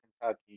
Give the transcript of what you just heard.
Kentucky